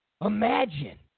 Imagine